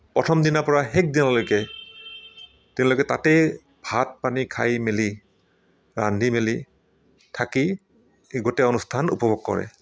প্ৰথম দিনাৰ পৰা শেষ দিনলৈকে তেওঁলোকে তাতেই ভাত পানী খাই মেলি ৰান্ধি মেলি থাকি এই গোটেই অনুষ্ঠান উপভোগ কৰে